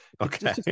Okay